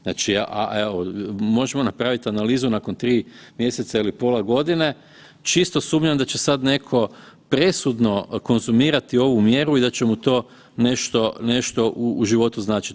Znači evo možemo napraviti analizu nakon 3 mjeseca ili pola godine, čisto sumnjam da će sad netko presudno konzumirati ovu mjeru i da će mu to nešto u životu značiti.